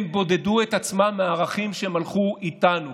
הם בודדו את עצמם מהערכים שבשבילם הם הלכו איתנו.